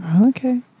Okay